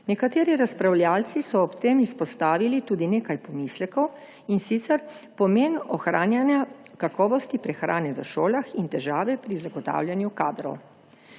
Nekateri razpravljavci so ob tem izpostavili tudi nekaj pomislekov, in sicer pomen ohranjanja kakovosti prehrane v šolah in težave pri zagotavljanju kadrov.